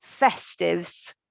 festives